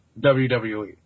WWE